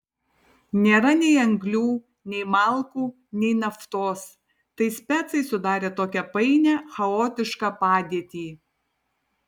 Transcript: nėra nei anglių nei malkų nei naftos tai specai sudarė tokią painią chaotišką padėtį